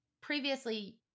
previously